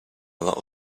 lot